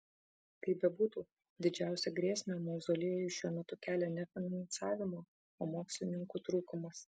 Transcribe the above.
kaip bebūtų didžiausią grėsmę mauzoliejui šiuo metu kelia ne finansavimo o mokslininkų trūkumas